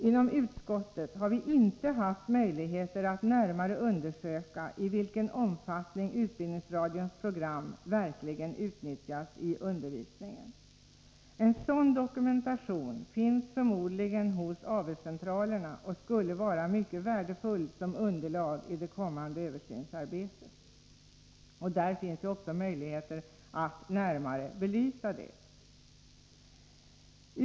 Inom utskottet har vi inte haft möjligheter att närmare undersöka i vilken omfattning utbildningsradions program verkligen utnyttjas i undervisningen. En sådan dokumentation finns förmodligen hos AV-centralerna och skulle vara mycket värdefull som underlag i det kommande översynsarbetet. Där finns också möjligheter att närmare belysa detta.